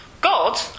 God